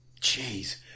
Jeez